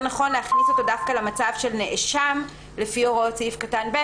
להכניס אותו דווקא למצב של נאשם לפי הוראו סעיף קטן (ב),